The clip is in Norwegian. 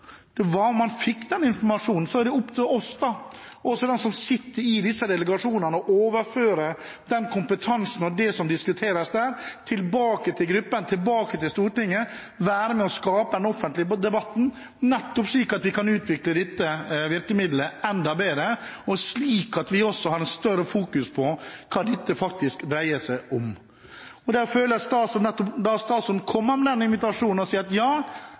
Man fikk informasjon. Så er det opp til oss og de som sitter i disse delegasjonene, å overføre den kompetansen og det som diskuteres der, tilbake til gruppen, tilbake til Stortinget, og være med og skape den offentlige debatten, nettopp for at vi skal kunne utvikle dette virkemidlet enda bedre, slik at vi også har et større fokus på hva dette faktisk dreier seg om. Og statsråden kommer med den invitasjonen og sier at ja,